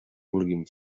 vulguin